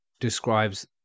describes